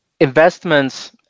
investments